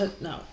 No